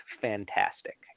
fantastic